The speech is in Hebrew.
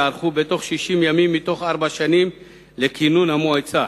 ייערכו בתוך 60 ימים מתוך ארבע שנים לכינון המועצה,